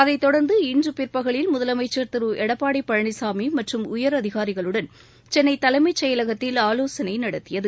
அதைத்தொடர்ந்து இன்று பிற்பகலில் முதலமைச்சர் திரு எடப்பாடி பழனிசாமி மற்றும் உயரதிகாரிகளுடன் சென்னை தலைமைச்செயலகத்தில் ஆலோசனை நடத்தியது